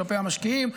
כלפי המשקיעים.